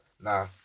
nah